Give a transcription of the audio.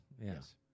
yes